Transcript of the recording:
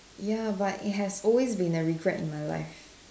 ya but it has always been a regret in my life